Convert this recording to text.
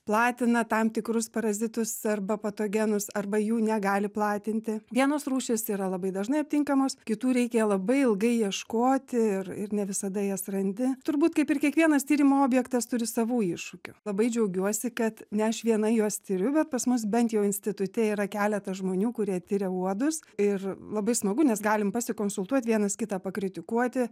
platina tam tikrus parazitus arba patogenus arba jų negali platinti vienos rūšys yra labai dažnai aptinkamos kitų reikia labai ilgai ieškoti ir ir ne visada jas randi turbūt kaip ir kiekvienas tyrimo objektas turi savų iššūkių labai džiaugiuosi kad ne aš viena juos tiriu bet pas mus bent jau institute yra keletas žmonių kurie tiria uodus ir labai smagu nes galim pasikonsultuot vienas kitą pakritikuoti